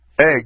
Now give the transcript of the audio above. egg